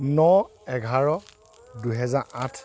ন এঘাৰ দুহেজাৰ আঠ